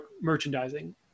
merchandising